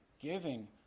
giving